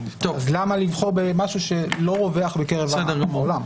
אז למה לבחור במשהו שלא רווח בעולם?